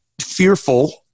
fearful